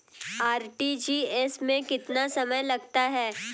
RTGS में कितना समय लगता है?